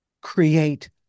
create